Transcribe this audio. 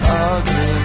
ugly